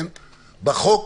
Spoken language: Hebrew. בחוק